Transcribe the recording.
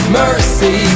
mercy